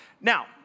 now